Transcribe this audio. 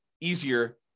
easier